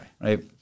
Right